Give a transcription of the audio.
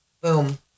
Boom